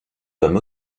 comme